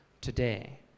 today